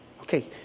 Okay